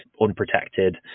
unprotected